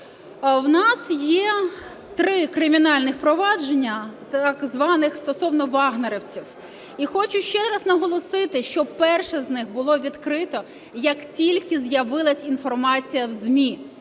В нас є три кримінальних провадження так званих стосовно "вагнерівців". І хочу ще раз наголосити, що перше з них було відкрито, як тільки з'явилась інформація в ЗМІ.